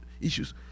issues